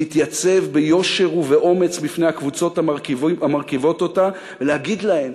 להתייצב ביושר ובאומץ בפני הקבוצות המרכיבות אותה ולהגיד להן